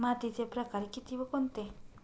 मातीचे प्रकार किती व कोणते?